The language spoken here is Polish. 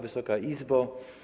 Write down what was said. Wysoka Izbo!